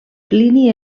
plini